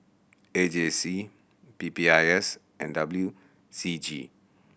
A J C P P I S and W C G